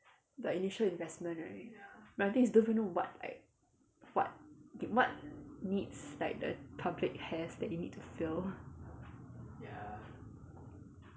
the initial investment right but the thing is I don't even know what I what what needs like the public has that you need to fulfil